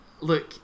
Look